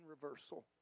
reversal